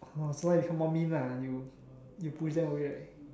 oh so you become more mean lah you you push them away